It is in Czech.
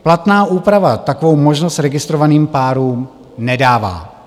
Platná úprava takovou možnost registrovaným párům nedává.